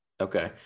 Okay